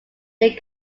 they